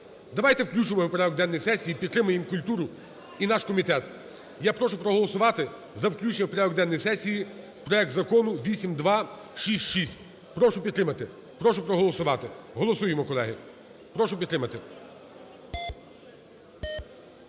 Давайте включимо його в порядок денний сесії і підтримаємо культуру і наш комітет. Я прошу проголосувати за включення в порядок денний сесії проект Закону 8266. Прошу підтримати, прошу проголосувати. Голосуємо, колеги, прошу підтримати.